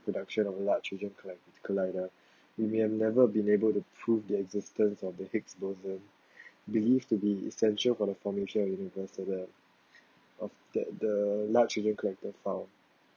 production of large hadron collid~ collider we may have never been able to prove the existence of the higgs boson believed to be essential for the formation of universal web of that the largely character file